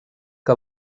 que